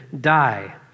die